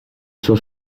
sua